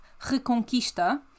Reconquista